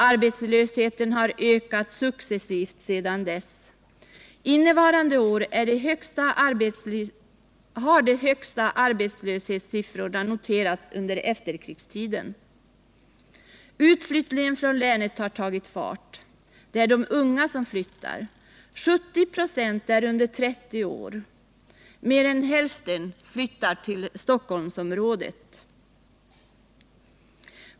Arbetslösheten har ökat successivt sedan dess. Innevarande år har de högsta arbetslöshetssiffrorna sedan efterkrigstiden noterats. Utflyttningen från länet har tagit fart. Det är de unga som flyttar. 70 96 av dem som flyttar är under 30 år. Mer än hälften flyttar till Stockholmsområdet.